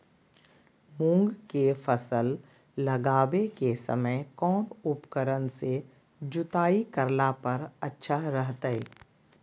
मूंग के फसल लगावे के समय कौन उपकरण से जुताई करला पर अच्छा रहतय?